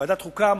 לוועדת החוקה,